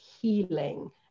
healing